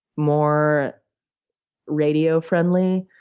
more radio-friendly,